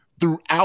throughout